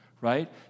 right